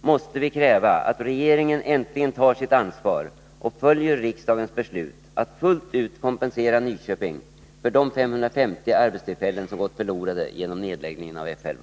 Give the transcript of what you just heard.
måste vi kräva att regeringen äntligen tar sitt ansvar och följer riksdagens beslut att fullt ut kompensera Nyköping för de 550 arbetstillfällen som gått förlorade genom nedläggningen av F 11.